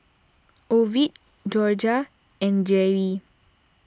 Ovid Jorja and Geri